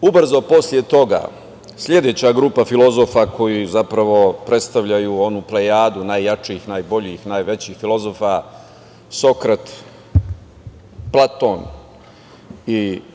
ubrzo posle toga sledeća grupa filozofa koji zapravo predstavljaju onu plejadu najjačih i najboljih, najvećih filozofa, Sokrat, Platon,